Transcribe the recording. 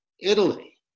Italy